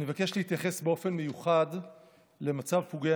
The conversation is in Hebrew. אני מבקש להתייחס באופן מיוחד למצב פגועי